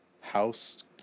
house